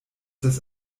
des